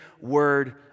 word